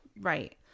Right